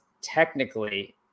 technically